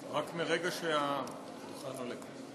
רק מרגע שהדוכן עולה.